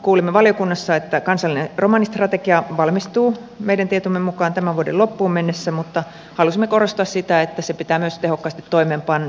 kuulimme valiokunnassa että kansallinen romanistrategia valmistuu meidän tietomme mukaan tämän vuoden loppuun mennessä mutta halusimme korostaa sitä että se pitää myös tehokkaasti toimeenpanna